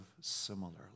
similarly